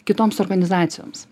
kitoms organizacijoms